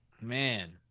Man